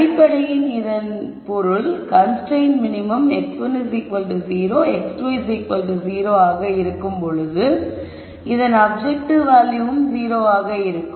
அடிப்படையில் இதன் பொருள் கன்ஸ்ரைன்ட் மினிமம் x10 x20 ஆக இருக்கும்பொழுது இதன் அப்ஜெக்டிவ் வேல்யூவும் 0 ஆக இருக்கும்